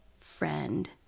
friend